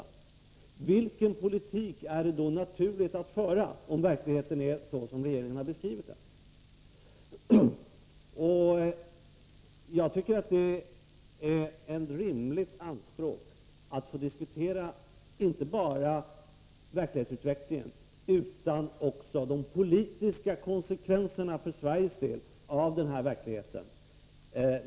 Vilken politik är det naturligt att Nr 22 föra, om verkligheten är sådan som regeringen har beskrivit den? Fredagen den När vi nu debatterar här i Sveriges riksdag är det ett rimligt anspråk att få 11 november 1983 diskutera inte bara verklighetsutvecklingen utan också de politiska konse kvenserna för Sveriges del av denna verklighet.